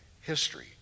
history